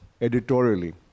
editorially